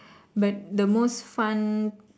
but the most fun